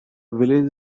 village